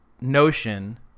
notion